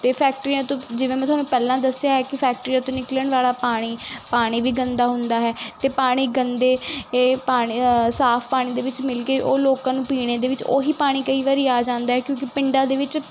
ਅਤੇ ਫੈਕਟਰੀਆਂ ਤੋਂ ਜਿਵੇਂ ਮੈਂ ਤੁਹਾਨੂੰ ਪਹਿਲਾਂ ਦੱਸਿਆ ਹੈ ਕਿ ਫੈਕਟਰੀਆਂ ਤੋਂ ਨਿਕਲਣ ਵਾਲਾ ਪਾਣੀ ਪਾਣੀ ਵੀ ਗੰਦਾ ਹੁੰਦਾ ਹੈ ਅਤੇ ਪਾਣੀ ਗੰਦੇ ਇਹ ਪਾਣੀ ਸਾਫ ਪਾਣੀ ਦੇ ਵਿੱਚ ਮਿਲ ਕੇ ਉਹ ਲੋਕਾਂ ਨੂੰ ਪੀਣ ਦੇ ਵਿੱਚ ਉਹੀ ਪਾਣੀ ਕਈ ਵਾਰੀ ਆ ਜਾਂਦਾ ਕਿਉਂਕਿ ਪਿੰਡਾਂ ਦੇ ਵਿੱਚ